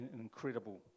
incredible